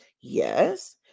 Yes